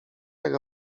jak